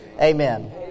Amen